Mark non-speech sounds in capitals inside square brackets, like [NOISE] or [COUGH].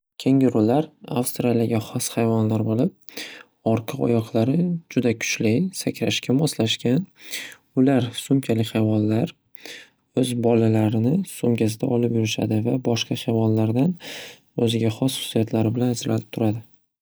Kengurular avstraliyaga hos hayvonlar bo‘lib, [NOISE] orqa oyoqlari juda kuchli sakrashga moslashgan. [NOISE] Ular sumkali hayvonlar, [NOISE] o‘z bolalarini sumkasida olib yurishadi va boshqa hayvonlardan o‘ziga hos hususiyatlari bilan ajralib turadi.